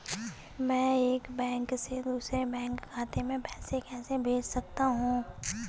मैं एक बैंक से दूसरे बैंक खाते में पैसे कैसे भेज सकता हूँ?